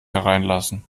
hereinlassen